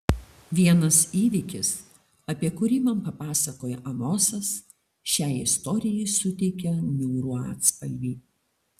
vienas įvykis apie kurį man papasakojo amosas šiai istorijai suteikia niūrų atspalvį